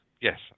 yes